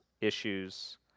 issues